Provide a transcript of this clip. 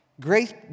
Grace